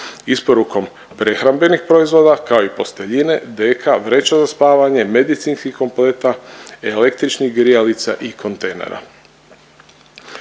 Isporukom prehrambenih proizvoda kao i posteljine, deka, vreća za spavanje, medicinskih kompleta, električnih grijalica i kontejnera.